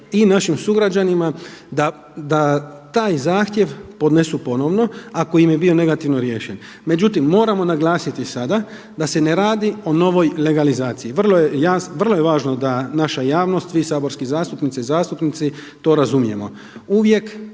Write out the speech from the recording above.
i našim sugrađanima da taj zahtjev podnesu ponovno ako im je bio negativno riješen. Međutim, moramo naglasiti sada da se ne radi o novoj legalizaciji. Vrlo je važno da naša javnost, vi saborske zastupnice i zastupnici to razumijemo. Uvijek